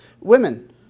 Women